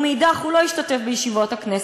ומאידך גיסא הוא לא ישתתף בישיבות הכנסת.